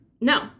No